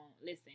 Listen